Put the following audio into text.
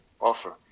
offer